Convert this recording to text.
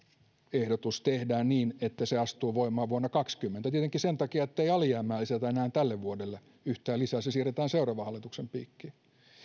ehdotus tehdään niin että se astuu voimaan vuonna kaksikymmentä tietenkin sen takia ettei alijäämää enää lisätä tälle vuodelle yhtään lisää se siirretään seuraavan hallituksen piikkiin